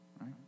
right